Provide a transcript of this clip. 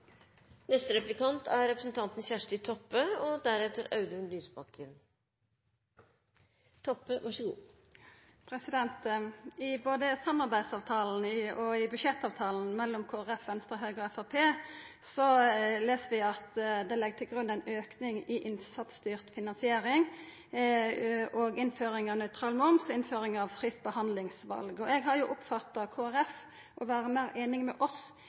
i samarbeidsavtalen og i budsjettavtalen mellom Kristeleg Folkeparti, Venstre, Høgre og Framstegspartiet les vi at ein legg til grunn ei auking i innsatsstyrt finansiering, innføring av nøytral moms og innføring av fritt behandlingsval. Eg har oppfatta Kristeleg Folkeparti som om dei er meir einige med oss